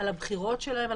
על הבחירות שלהם,